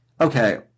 Okay